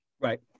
Right